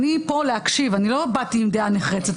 אני פה להקשיב, לא באתי עם דעה נחרצת.